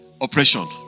oppression